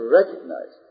recognize